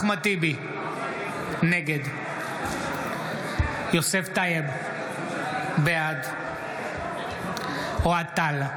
נגד יוסף טייב, בעד אוהד טל,